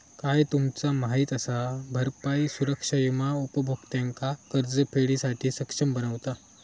काय तुमचा माहित असा? भरपाई सुरक्षा विमा उपभोक्त्यांका कर्जफेडीसाठी सक्षम बनवता